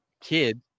kid